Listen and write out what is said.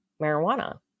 marijuana